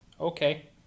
Okay